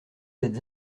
êtes